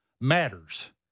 matters